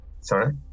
Sorry